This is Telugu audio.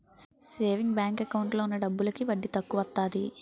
సేవింగ్ బ్యాంకు ఎకౌంటు లో ఉన్న డబ్బులకి వడ్డీ తక్కువత్తాది